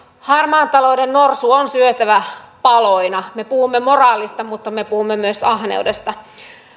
harmaan talouden norsu on syötävä paloina me puhumme moraalista mutta me puhumme myös ahneudesta